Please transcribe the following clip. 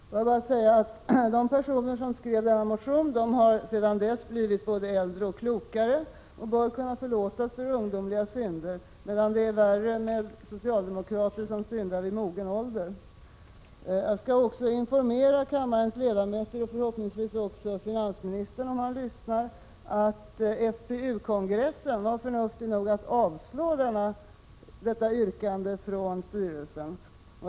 Låt mig bara säga att de personer som skrev denna motion sedan dess har blivit både äldre och klokare och bör kunna förlåtas ungdomliga synder, medan det är värre med socialdemokrater som syndar i mogen ålder. 83 Jag vill också informera kammarens ledamöter och förhoppningsvis också finansministern, om han lyssnar, om att FPU-kongressen var förnuftig nog att avslå detta yrkande från styrelsen.